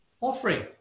offering